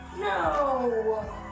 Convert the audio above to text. No